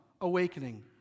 awakening